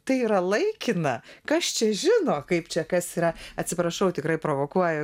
tai yra laikina kas čia žino kaip čia kas yra atsiprašau tikrai provokuoju